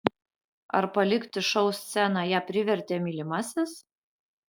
ar palikti šou sceną ją privertė mylimasis